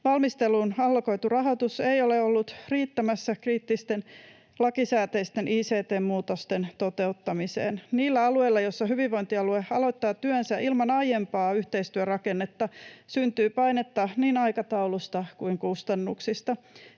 Valmisteluun allokoitu rahoitus ei ole ollut riittämässä kriittisten lakisääteisten ict-muutosten toteuttamiseen. Niillä alueilla, joissa hyvinvointialue aloittaa työnsä ilman aiempaa yhteistyörakennetta, syntyy painetta niin aikataulusta kuin kustannuksista.